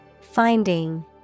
Finding